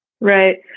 Right